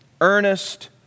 earnest